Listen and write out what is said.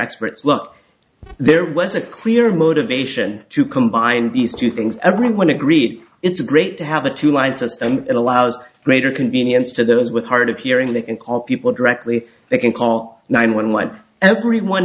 experts look there was a clear motivation to combine these two things everyone agreed it's great to have a two line system that allows greater convenience to those with hard of hearing they can call people directly they can call nine one one everyone